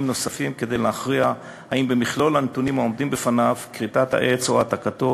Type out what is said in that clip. נוספים כדי להכריע אם במכלול הנתונים העומדים בפניו כריתת העץ או העתקתו